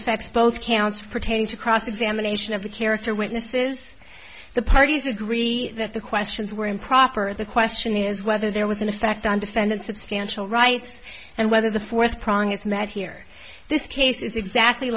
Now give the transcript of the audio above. affects both counts pertaining to cross examination of the character witnesses the parties agree that the questions were improper the question is whether there was an effect on defendant substantial rights and whether the fourth prong is mad here this case is exactly